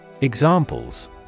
Examples